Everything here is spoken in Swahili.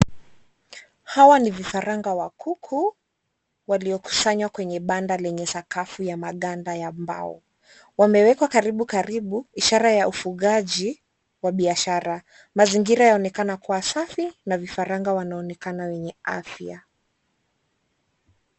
Hawa ni vifaranga wa kuku waliokusanywa kwenye banda lenye sakafu ya maganda ya mbao. Wamewekwa karibu karibu ishara ya ufungaji wa biashara. Mazingira yanaonekana kuwa safi na vifaranga wanaonekana wenye afya.